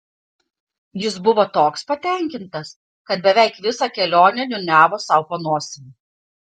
jis buvo toks patenkintas kad beveik visą kelionę niūniavo sau po nosimi